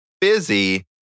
busy